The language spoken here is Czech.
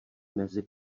mezi